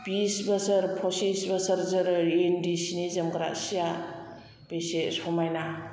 बिस बोसोर पसिस बोसोर जोरो इन्दि सिनि जोमग्रा सिआ बेसे समायना